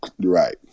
right